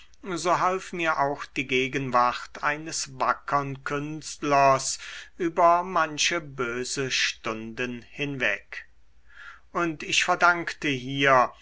so half mir auch die gegenwart eines wackern künstlers über manche böse stunden hinweg und ich verdankte hier